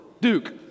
Duke